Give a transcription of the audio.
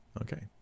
Okay